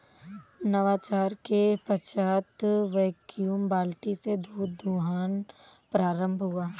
नवाचार के पश्चात वैक्यूम बाल्टी से दूध दुहना प्रारंभ हुआ